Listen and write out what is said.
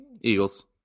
Eagles